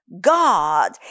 God